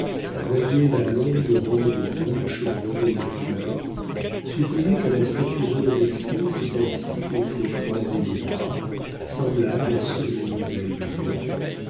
voyez la longue robe blanche brodée de fleurs supposez que la statue redressée s'est assise et s'est croisé les bras semblables à ceux de mademoiselle georges